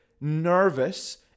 nervous